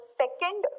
second